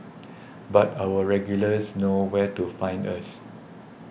but our regulars know where to find us